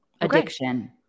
Addiction